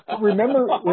remember